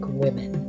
women